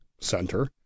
Center